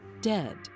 dead